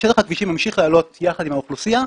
שטח הכבישים ממשיך לעלות יחד עם האוכלוסייה,